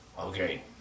Okay